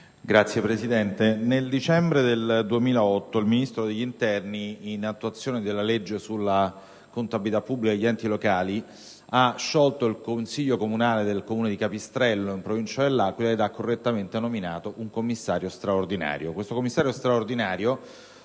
Signor Presidente, nel dicembre 2008 il Ministro dell'interno, in attuazione della legge sulla contabilità pubblica degli enti locali, ha sciolto il Consiglio comunale del Comune di Capistrello, in provincia dell'Aquila, e ha correttamente nominato un commissario straordinario